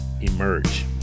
emerge